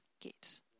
get